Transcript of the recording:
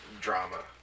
drama